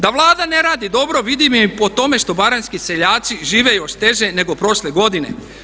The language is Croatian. Da Vlada ne radi dobro vidim i po tome što baranjski seljaci žive još teže nego prošle godine.